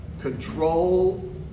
control